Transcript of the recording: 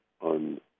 on